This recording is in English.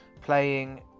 playing